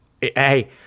Hey